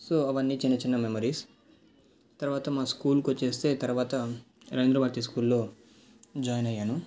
so అవన్నీ చిన్న చిన్న మెమోరీస్ తరువాత మా స్కూల్కి వచ్చేస్తే తరువాత రవీంద్ర భారతి స్కూల్లో జాయిన్ అయ్యాను